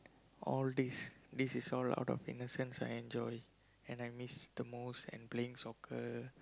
all this this is all out of innocence I enjoy and I miss the most and playing soccer